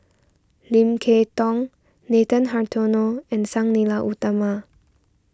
Lim Kay Tong Nathan Hartono and Sang Nila Utama